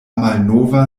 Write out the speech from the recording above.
malnova